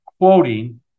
quoting